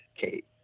Kate